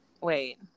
Wait